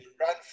run